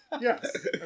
yes